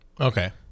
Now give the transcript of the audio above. Okay